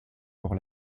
pour